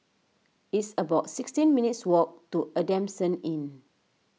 it's about sixteen minutes' walk to Adamson Inn